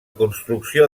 construcció